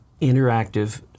interactive